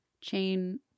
Chain